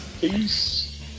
peace